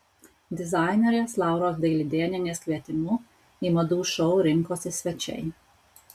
dizainerės lauros dailidėnienės kvietimu į madų šou rinkosi svečiai